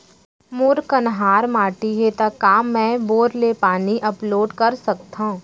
मोर कन्हार माटी हे, त का मैं बोर ले पानी अपलोड सकथव?